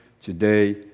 today